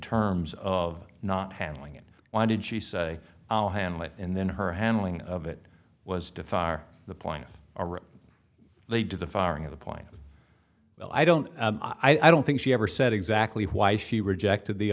terms of not handling it why did she say i'll handle it and then her handling of it was defier the point lead to the firing of a point well i don't i don't think she ever said exactly why she rejected the